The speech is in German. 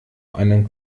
einen